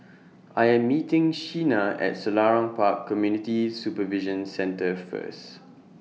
I Am meeting Sheena At Selarang Park Community Supervision Centre First